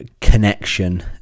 connection